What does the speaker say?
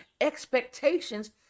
expectations